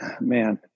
Man